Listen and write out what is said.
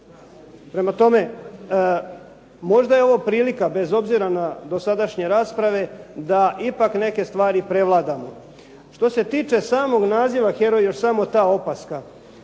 Prema tome, možda je ovo prilika bez obzira na dosadašnje rasprave da ipak neke stvari prevladamo. Što se tiče samog naziva heroj, još samo ta opaska.